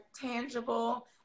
tangible